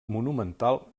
monumental